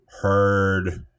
heard